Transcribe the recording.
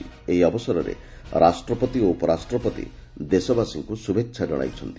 ଏହି ଅବସରରେ ରାଷ୍ଟ୍ରପତି ଓ ଉପରାଷ୍ଟ୍ରପତି ଦେଶବାସୀଙ୍କୁ ଶୁଭେଛା ଜଣାଇଛନ୍ତି